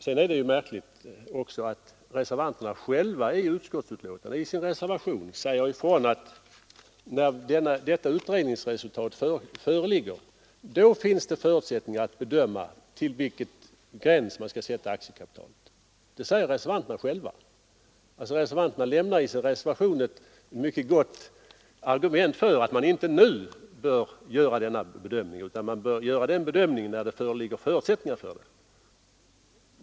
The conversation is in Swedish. Sedan är det också märkligt att reservanterna säger att när detta utredningsresultat föreligger, då finns det förutsättningar att bedöma vid vilken gräns man skall sätta aktiekapitalet. Det säger reservanterna själva! Reservanterna lämnar alltså i sin reservation ett mycket gott argument för att man inte nu bör göra denna bedömning, utan att man bör göra den bedömningen först när det föreligger förutsättningar för den.